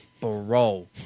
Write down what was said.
bro